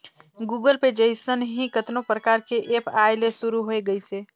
Google Pay जइसन ही कतनो परकार के ऐप आये ले शुरू होय गइसे